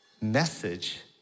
message